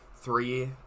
three